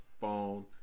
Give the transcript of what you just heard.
phone